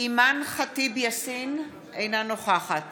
אימאן ח'טיב יאסין, אינה נוכחת